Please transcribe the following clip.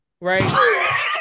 right